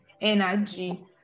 energy